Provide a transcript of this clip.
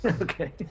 Okay